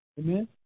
Amen